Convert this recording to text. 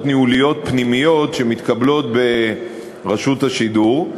ניהוליות פנימיות שמתקבלות ברשות השידור.